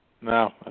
No